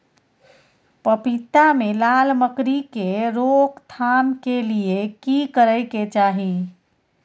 पपीता मे लाल मकरी के रोक थाम के लिये की करै के चाही?